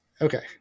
Okay